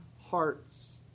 hearts